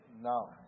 Now